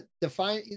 define